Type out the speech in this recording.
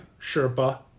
Sherpa